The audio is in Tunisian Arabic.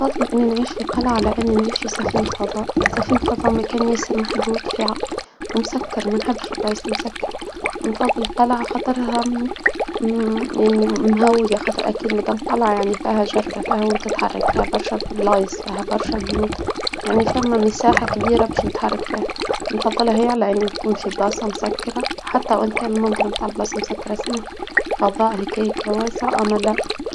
نفضل اني نعيش في قلعة لأني نعيش في سفينة فضاء مكاني غير محدود فيها ومسكر ما نحبش الايس مسكرة منفضل القلعة خاطرها يعني مهوية خاطر اكيد مدام قلعة يعني فيها جردة فيها وين تتحرك فيها برشا فيها برشا بيوت يعني فما مساحة كبيرة باش نتحرك المفضلة اهي على ان يكون في بلاصة مسكرة حتى وان كان المنظر بتاع البلاصة مسكرة اسمها. هيك أو واسع ام لا